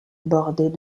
bordés